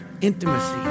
intimacy